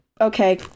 okay